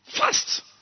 First